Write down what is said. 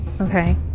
okay